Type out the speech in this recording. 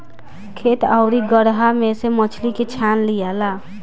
खेत आउरू गड़हा में से मछली के छान लियाला